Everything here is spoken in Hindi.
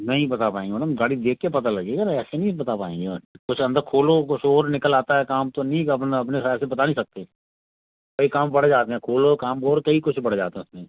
नहीं बता पाएँगे मैडम गाड़ी देखकर पता लगेगा न ऐसे नहीं बता पाएँगे कुछ अंदर खोलो कुछ और निकल आता है काम तो नी अपना अपने हिसाब से बता नहीं सकते कई काम बढ़ जाते हैं खोलो काम और कई कुछ बढ़ जाते हैं उसमें